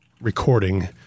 recording